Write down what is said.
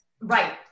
Right